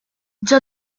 già